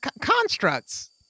Constructs